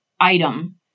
item